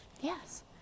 Yes